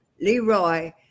Leroy